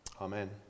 Amen